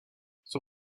son